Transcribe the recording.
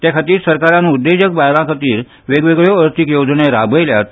ते खातीर सरकारान उद्देजक बायलां खातीर वेगवेगळ्यो अर्थीक येवजण्यो राबयल्यात